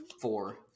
four